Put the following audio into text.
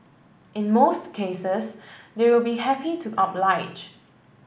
in most cases they will be happy to oblige